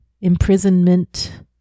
imprisonment